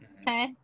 okay